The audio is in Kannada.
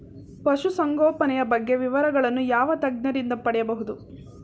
ಪಶುಸಂಗೋಪನೆಯ ಬಗ್ಗೆ ವಿವರಗಳನ್ನು ಯಾವ ತಜ್ಞರಿಂದ ಪಡೆಯಬಹುದು?